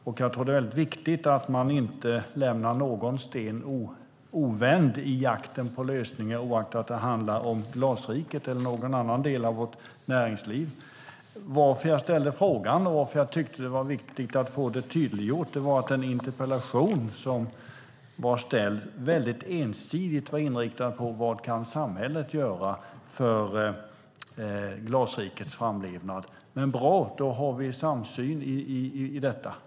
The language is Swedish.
Och jag tror att det är väldigt viktigt att man inte lämnar någon sten ovänd i jakten på lösningar, oavsett om det handlar om Glasriket eller någon annan del av vårt näringsliv. Anledningen till att jag ställde frågan och till att jag tyckte att det var viktigt att få det tydliggjort var att interpellationen ensidigt var inriktad på vad samhället kan göra för Glasrikets fortlevnad. Men det är bra att vi har samsyn i detta.